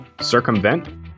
circumvent